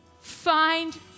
Find